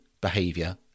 behavior